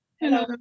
Hello